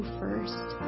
first